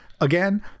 Again